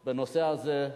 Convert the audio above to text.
דיונים בנושא הזה,